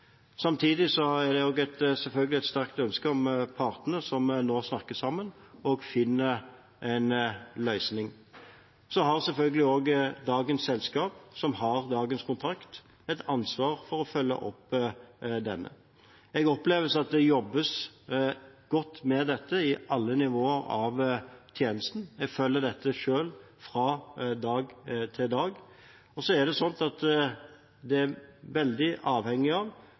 Samtidig er det selvfølgelig et sterkt ønske om at partene som nå snakker sammen, finner en løsning. Selvsagt har også dagens selskap, som har dagens kontrakt, et ansvar for å følge opp denne. Jeg opplever at det jobbes godt med dette på alle nivåer av tjenesten. Jeg følger dette selv, fra dag til dag. Det avhenger veldig av hvordan det utvikler seg, ikke minst i forhandlingene, om vi er